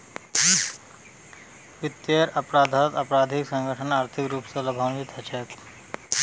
वित्तीयेर अपराधत आपराधिक संगठनत आर्थिक रूप स लाभान्वित हछेक